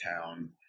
town